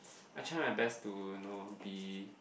I try my best to you know be